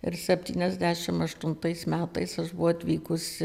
ir septyniasdešimt aštuntais metais buvo atvykus